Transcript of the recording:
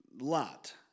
Lot